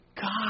God